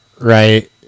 right